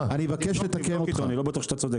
מה פתאום, אני לא בטוח שאתה צודק.